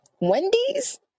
Wendy's